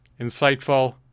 insightful